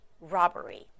robbery